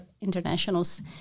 internationals